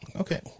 Okay